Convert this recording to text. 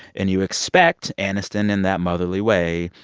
and you expect aniston, in that motherly way,